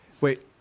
Wait